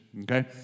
okay